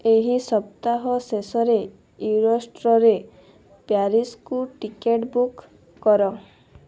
ଏହି ସପ୍ତାହ ଶେଷରେ ୟୁରୋଷ୍ଟୋରେ ପ୍ୟାରିସ୍କୁ ଟିକେଟ୍ ବୁକ୍ କର